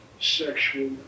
sexual